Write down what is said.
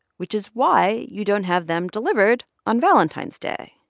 which is why you don't have them delivered on valentine's day.